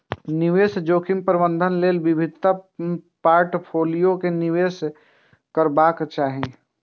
निवेश जोखिमक प्रबंधन लेल विविध पोर्टफोलियो मे निवेश करबाक चाही